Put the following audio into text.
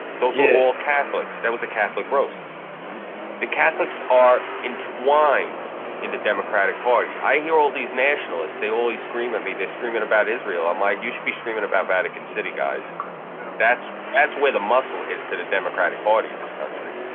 those little catholics that was a catholic roast the catholics are entwined in the democratic party. i hear oldies nationalist. they always scream at me. they're screaming about israel i'm like you should be screaming about vatican city guys that's that's where the muscle is to the democratic party in this country